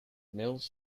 mills